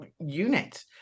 unit